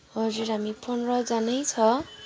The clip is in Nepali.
हजुर हामी पन्ध्रजनै छ